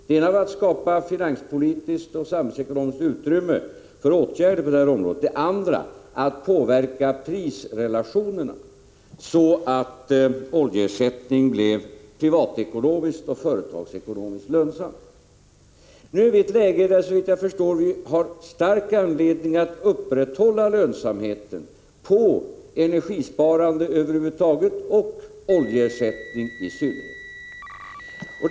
Det ena var att skapa finanspolitiskt och samhällsekonomiskt utrymme för åtgärder på detta område, och det andra var att påverka prisrelationerna så att oljeersättningen blev privatekonomiskt och företagsekonomiskt lönsam. Nu är vi i ett läge där vi, såvitt jag förstår, har stark anledning att upprätthålla lönsamheten på energisparandet över huvud taget och på oljeersättningen i synnerhet.